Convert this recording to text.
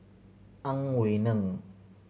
Ang Wei Neng